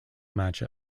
match